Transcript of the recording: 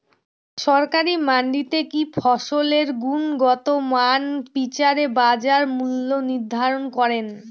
সরকারি মান্ডিতে কি ফসলের গুনগতমান বিচারে বাজার মূল্য নির্ধারণ করেন?